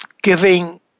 Giving